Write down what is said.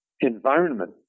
environment